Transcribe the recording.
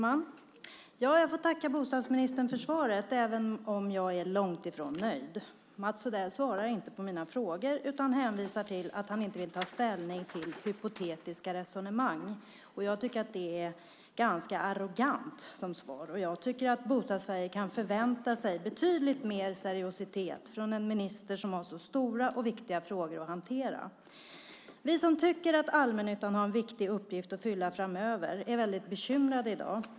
Herr talman! Jag får tacka bostadsministern för svaret, även om jag är långtifrån nöjd. Mats Odell svarar inte på mina frågor utan hänvisar till att han inte vill ta ställning till hypotetiska resonemang. Det är ganska arrogant som svar. Bostads-Sverige kan förvänta sig betydligt mer seriositet från en minister som har så stora och viktiga frågor att hantera. Vi som tycker att allmännyttan har en viktig uppgift att fylla framöver är i dag väldigt bekymrade.